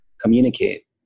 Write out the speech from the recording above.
communicate